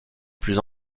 plus